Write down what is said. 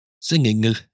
singing